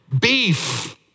Beef